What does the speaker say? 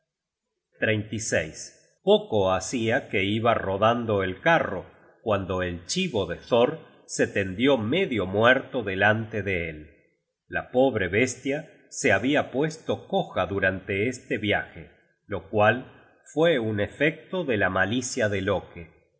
venido con hymer poco hacia que iba rodando el carro cuando el chibo de thor se tendió medio muerto delante de él la pobre bestia se habia puesto coja durante este viaje lo cual fue un efecto de la malicia de loke